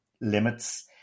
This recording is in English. limits